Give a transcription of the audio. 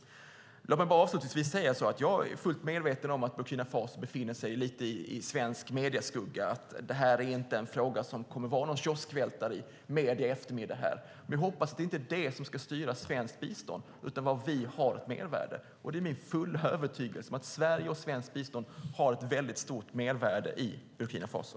Jag vill bara avslutningsvis säga att jag är fullt medveten om att Burkina Faso befinner sig lite i svensk medieskugga och att det här inte kommer att vara någon kioskvältare i medierna i eftermiddag. Men jag hoppas att det inte är detta som ska styra svenskt bistånd utan var vi har ett mervärde. Det är min fulla övertygelse att Sverige och svenskt bistånd har ett väldigt stort mervärde i Burkina Faso.